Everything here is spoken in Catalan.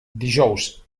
dijous